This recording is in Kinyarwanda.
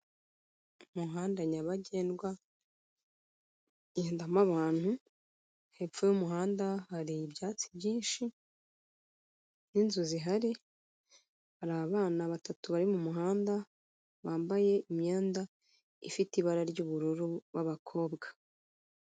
Umuhanda nyabagendwa ugendamo abantu, hepfo y'umuhanda hari ibyatsi byinshi n'inzu zihari, hari abana batatu bari mu muhanda bambaye imyenda ifite ibara ry'ubururu b'abakobwa.